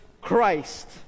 Christ